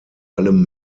allem